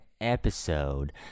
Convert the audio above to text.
episode